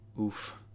oof